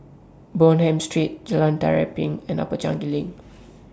Bonham Street Jalan Tari Piring and Upper Changi LINK